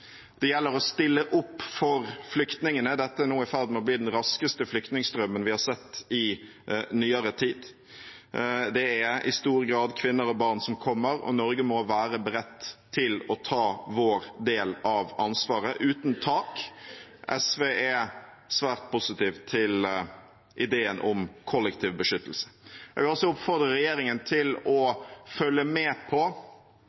Det gjelder å stille opp for flyktningene. Dette er nå i ferd med å bli den raskeste flyktningstrømmen vi har sett i nyere tid. Det er i stor grad kvinner og barn som kommer, og Norge må være beredt til å ta sin del av ansvaret uten noe tak. SV er svært positiv til ideen om kollektiv beskyttelse. Jeg vil også oppfordre regjeringen til å følge med på